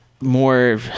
more